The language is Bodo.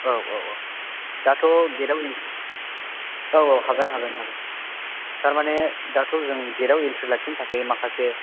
औ औ औ दाथ' गेटआव इन्ट्रि औ औ हागोन हागोन हागोन थारमाने दाथ' जों गेटआव इन्ट्रि लाखिनो थाखाय माखासे